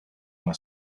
una